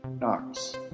Knox